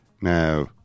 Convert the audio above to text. Now